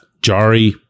Jari